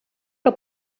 que